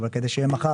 אבל כדי שיהיה מחר,